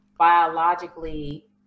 biologically